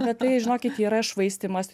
bet tai žinokit yra švaistymas